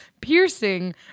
piercing